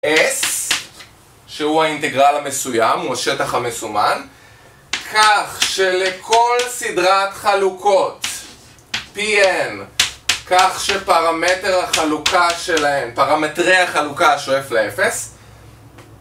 S, שהוא האינטגרל המסוים, הוא השטח המסומן, כך שלכל סדרת חלוקות PM, כך שפרמטר החלוקה שלהם, פרמטרי החלוקה שואף לאפס,